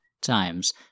times